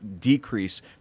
decrease